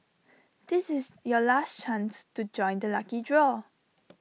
this is your last chance to join the lucky draw